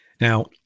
Now